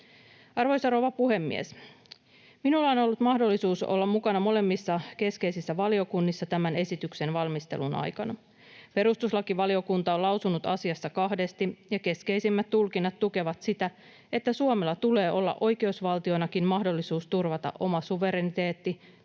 Arvoisa rouva puhemies! Minulla on ollut mahdollisuus olla mukana molemmissa keskeisissä valiokunnissa tämän esityksen valmistelun aikana. Perustuslakivaliokunta on lausunut asiasta kahdesti, ja keskeisimmät tulkinnat tukevat sitä, että Suomella tulee olla oikeusvaltionakin mahdollisuus turvata oma suvereniteetti,